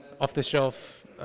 off-the-shelf